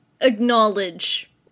acknowledge